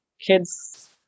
kids